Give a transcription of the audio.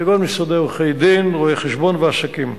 כגון משרדי עורכי-דין, רואי-חשבון ועסקים.